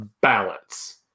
balance